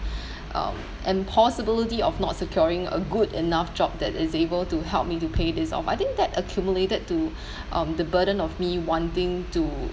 um and possibility of not securing a good enough job that is able to help me to pay this off I think that accumulated to um the burden of me wanting to